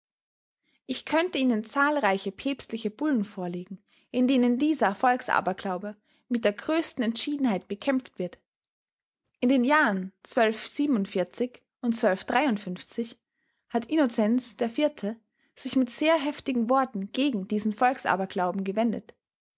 ich könnte ihnen zahlreiche päpstliche bullen vorlegen in denen dieser volksaberglaube mit der größten entschiedenheit bekämpft wird in den jahren und hat innozenz iv sich mit sehr heftigen worten gegen diesen volksaberglauben gewendet